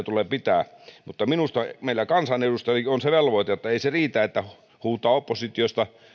tulee pitää mutta minusta meillä kansanedustajillakin on se velvoite että ei se riitä että huutaa oppositiosta